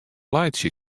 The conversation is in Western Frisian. laitsje